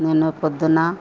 నేను పొద్దున్న